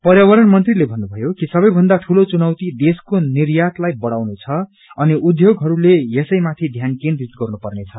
पर्यावरण मंत्रीले भन्नुभयो कि सबैभन्दा ठूलो चुनौति देशिको निर्यातलाइ बढ़ाउनु छ अनि उध्योगहरूले यसैमाथि ध्यान केन्द्रित गर्नुपर्छ